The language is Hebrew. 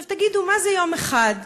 עכשיו, תגידו, מה זה יום אחד?